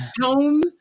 home